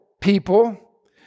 people